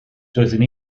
doeddwn